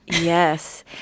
Yes